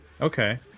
Okay